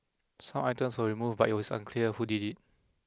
some items were removed but it was unclear who did it